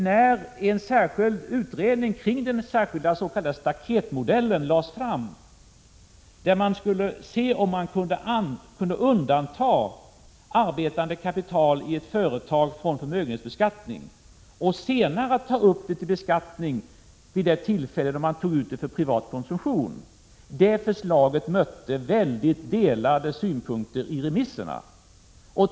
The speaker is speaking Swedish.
När en utredning kring den s.k. staketmodellen lade fram ett förslag som gick ut på att man skulle försöka undanta arbetande kapital i ett företag från förmögenhetsbeskattning och ta upp det till beskattning vid det tillfälle vederbörande tog ut kapitalet för privat konsumtion mötte mycket delade synpunkter vid remissbehandlingen.